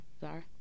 Sorry